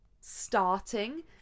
starting